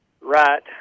right